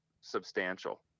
substantial